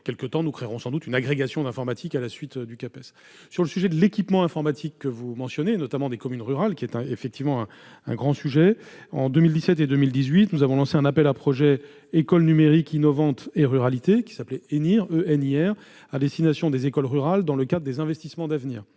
quelque temps, nous créerons sans doute une agrégation d'informatique, à la suite du Capes. En outre, vous mentionnez l'équipement informatique des écoles, notamment dans les communes rurales. C'est effectivement un grand sujet. En 2017 et 2018, nous avons lancé l'appel à projets « écoles numériques innovantes et ruralité » (ENIR) à destination des écoles rurales, dans le cadre des investissements d'avenir.